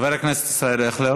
חבר הכנסת ישראל אייכלר,